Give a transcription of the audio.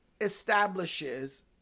establishes